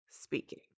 speaking